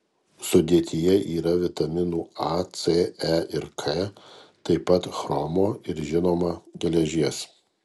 sudėtyje yra vitaminų a c e ir k taip pat chromo ir žinoma geležies